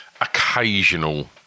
occasional